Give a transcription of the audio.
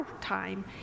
time